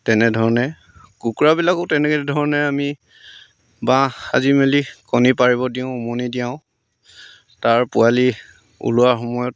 তেনেধৰণে কুকুৰাবিলাকো তেনেকেধৰণে আমি বাঁহ সাজি মেলি কণী পাৰিব দিওঁ উমনি দিয়াওঁ তাৰ পোৱালি ওলোৱাৰ সময়ত